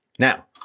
Now